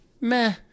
Meh